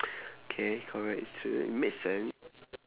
K correct it's true it makes sense